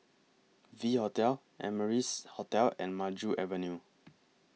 V Hotel Amrise Hotel and Maju Avenue